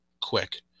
quick